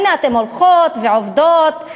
הנה, אתן הולכות ועובדות.